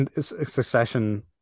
succession